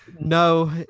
No